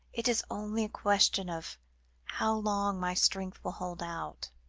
it is only a question of how long my strength will hold out.